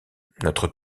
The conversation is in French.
notre